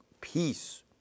peace